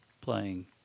playing